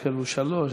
יש כאלה שלוש,